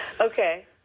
Okay